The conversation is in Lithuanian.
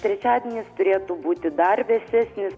trečiadienis turėtų būti dar vėsesnis